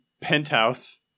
penthouse